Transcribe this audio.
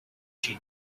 she